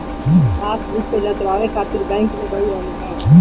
passbook के जचवाए खातिर बैंक में गईल रहनी हअ